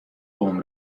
قوم